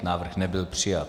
Návrh nebyl přijat.